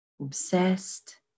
obsessed